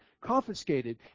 confiscated